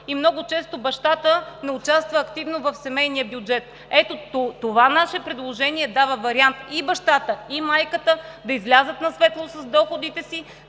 и много често бащата не участва активно в семейния бюджет. Ето това наше предложение дава вариант и бащата, и майката да излязат на светло с доходите си,